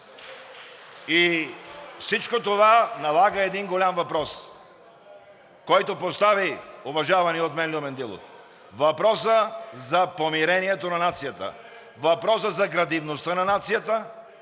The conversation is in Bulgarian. И всичко това налага един голям въпрос, който постави уважаваният от мен Любен Дилов, въпросът за помирението на нацията, въпросът за градивността на нацията,